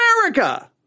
America